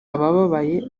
abababaye